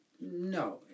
no